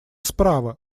справа